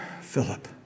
Philip